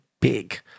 big